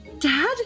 Dad